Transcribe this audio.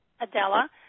Adela